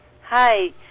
Hi